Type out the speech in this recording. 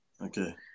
Okay